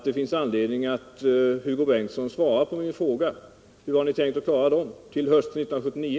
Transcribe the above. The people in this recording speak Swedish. Det finns därför anledning för Hugo Bengtsson att svara på min fråga: Hur har ni tänkt klara energiproblemen till hösten 1979?